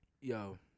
Yo